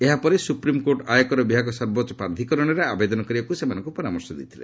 ଏହାପରେ ସୁପ୍ରିମ୍କୋର୍ଟ ଆୟକର ବିଭାଗ ସର୍ବୋଚ୍ଚ ପ୍ରାଧିକରଣରେ ଆବେଦନ କରିବାକୁ ସେମାନଙ୍କୁ ପରାମର୍ଶ ଦେଇଥିଲେ